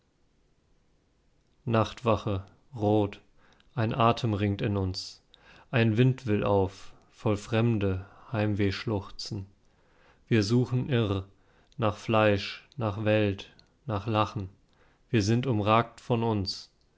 nachtwache rot ein atem ringt in uns ein wind will auf voll fremde heimweh schluchzen wir suchen irr nach fleisch nach welt nach lachen wir sind umragt von uns